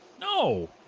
No